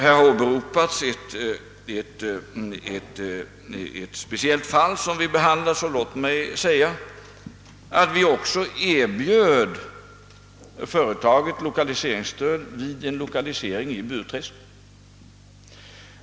Här har åberopats ett speciellt fall, som vi nu behandiar. Låt mig då säga att vi också har erbjudit företaget 1okaliseringsstöd vid en lokalisering i Burträsk.